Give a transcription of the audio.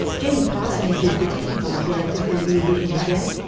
jenny parsonage is the technical operator for rear vision today.